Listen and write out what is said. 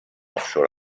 offshore